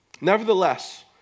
Nevertheless